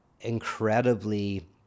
incredibly